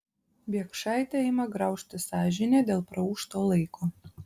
biekšaitę ima graužti sąžinė dėl praūžto laiko